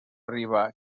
arriba